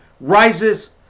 rises